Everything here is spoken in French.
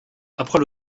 après